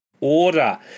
order